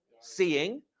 Seeing